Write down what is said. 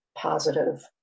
positive